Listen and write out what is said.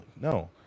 no